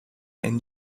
and